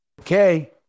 Okay